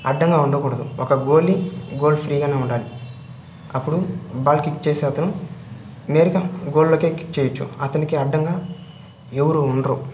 అడ్డంగా ఉండకూడదు ఒక గోల్ని గోల్ ఫ్రీగానే ఉండాలి అప్పుడు బాల్ కిక్ చేసే అతను నేరుగా గోల్లోకే కిక్ చేయొచ్చు అతనికి అడ్డంగా ఎవరు ఉండరు